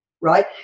right